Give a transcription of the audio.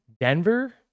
Denver